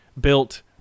built